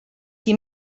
qui